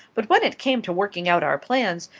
but when it came to working out our plans,